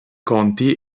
conti